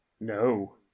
No